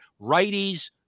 Righties